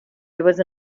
was